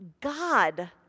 God